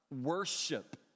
worship